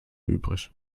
übrig